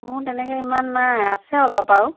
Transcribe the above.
মোৰ তেনেকৈ ইমান নাই আছে অলপ বাৰু